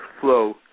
flow